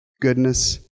goodness